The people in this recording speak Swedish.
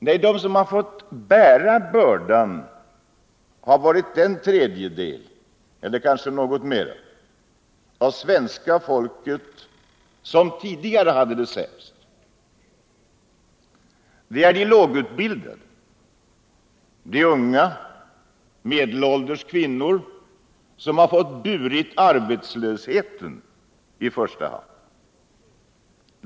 Nej, de som har fått bära bördan har varit den tredjedel — eller kanske något mera —av svenska folket som tidigare hade det sämst. Det är de lågutbildade, de unga och de medelålders kvinnorna som i första hand har fått bära arbetslösheten.